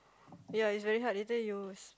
ya it's very hard that's why you